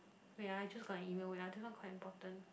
wait ah I just got an email wait ah this one quite important